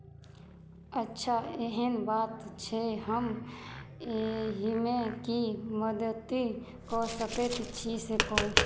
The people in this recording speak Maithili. अच्छा एहन बात छै हम एहिमे की मदति कऽ सकैत छी से कहू